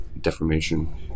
deformation